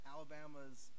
Alabama's